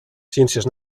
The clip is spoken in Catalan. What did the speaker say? ciències